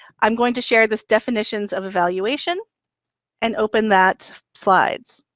i'm going to share this definitions of evaluation and open that slides.